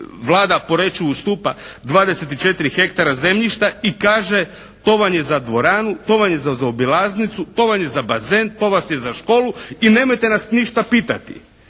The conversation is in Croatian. vlada Poreču ustupa 24 hektara zemljišta i kaže to vam je za dvoranu, to vam je za zaobilaznicu, to vam je za bazen, to vas je za školu i nemojte nas ništa pitati,